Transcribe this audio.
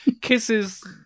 kisses